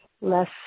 less